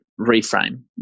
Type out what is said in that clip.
reframe